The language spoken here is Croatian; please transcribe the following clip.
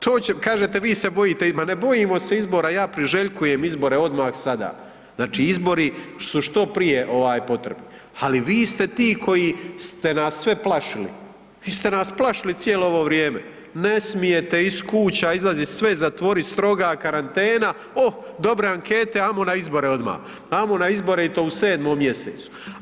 To će, kažete vi se bojite, ma ne bojimo se izbora, ja priželjkujem izbore odmah sada, znači izbori su što prije potrebni, ali vi ste ti koji ste nas sve plašili, vi ste nas plašili cijelo ovo vrijeme, ne smijete iz kuća izlaziti, sve zatvori, stroga karantena, oh, dobre ankete, ajmo na izbore odmah, ajmo na izbore i to u 7. mj.